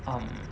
um